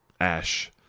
Ash